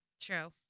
True